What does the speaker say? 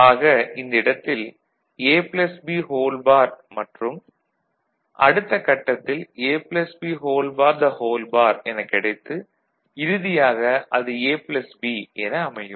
ஆக இந்த இடத்தில் இது A ப்ளஸ் B பார் மற்றும் அடுத்தக் கட்டத்தில் A plus B bar bar என கிடைத்து இறுதியாக அது A ப்ளஸ் B என அமையும்